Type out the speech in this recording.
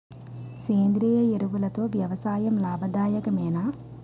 సేంద్రీయ ఎరువులతో వ్యవసాయం లాభదాయకమేనా?